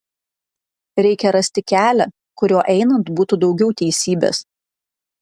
reikia rasti kelią kuriuo einant būtų daugiau teisybės